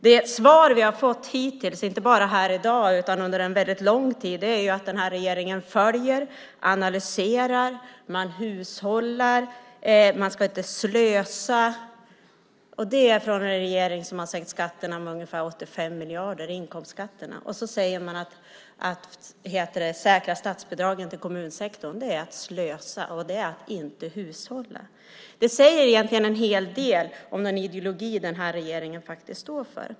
De svar vi hittills fått, inte bara här i dag utan under lång tid, är att regeringen följer, analyserar, hushållar, ska inte slösa. Det säger en regering som sänkt inkomstskatterna med ungefär 85 miljarder. Man säger att säkra statsbidragen till kommunsektorn är att slösa, att inte hushålla. Det säger en hel del om den ideologi regeringen står för.